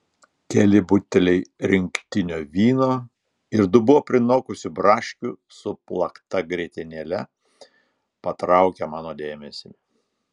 keli buteliai rinktinio vyno ir dubuo prinokusių braškių su plakta grietinėle patraukia mano dėmesį